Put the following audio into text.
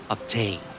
Obtain